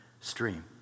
Stream